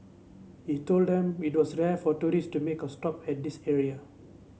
he told them it was rare for tourist to make a stop at this area